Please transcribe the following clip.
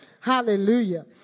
hallelujah